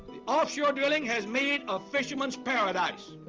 the offshore drilling has made a fisherman's paradise.